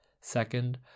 Second